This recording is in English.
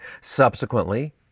Subsequently